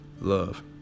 love